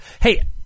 Hey